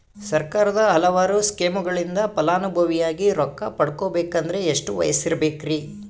ಸರ್ಕಾರದ ಹಲವಾರು ಸ್ಕೇಮುಗಳಿಂದ ಫಲಾನುಭವಿಯಾಗಿ ರೊಕ್ಕ ಪಡಕೊಬೇಕಂದರೆ ಎಷ್ಟು ವಯಸ್ಸಿರಬೇಕ್ರಿ?